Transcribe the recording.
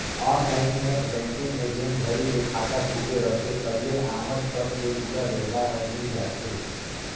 online net banking में जेन घरी ले खाता खुले रथे तबले आमज तक के पुरा ब्योरा हर मिल जाथे